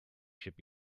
should